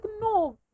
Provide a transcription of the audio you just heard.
no